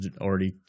already